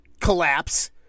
collapse